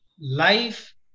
life